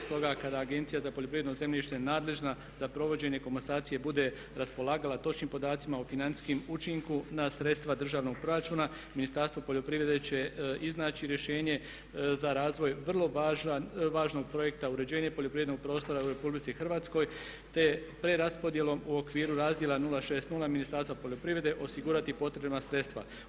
Stoga kada Agencija za poljoprivredno zemljište nadležna za provođenje komasacije bude raspolagala točnim podacima o financijskom učinku na sredstva državnog proračuna Ministarstvo poljoprivrede će iznaći rješenje za razvoj vrlo važnog projekta uređenja poljoprivrednog prostora u RH te preraspodjelom u okviru razdjela 060 Ministarstva poljoprivrede osigurati potrebna sredstva.